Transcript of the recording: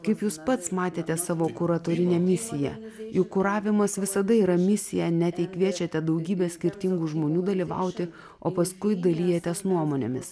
kaip jūs pats matėte savo kuratorinę misiją juk kuravimas visada yra misija net jei kviečiate daugybę skirtingų žmonių dalyvauti o paskui dalijatės nuomonėmis